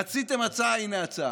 רציתם הצעה, הינה ההצעה.